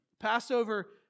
Passover